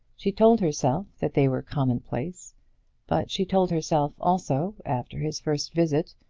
she told herself that they were commonplace but she told herself, also, after his first visit,